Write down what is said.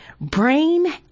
brain